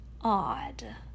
odd